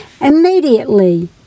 Immediately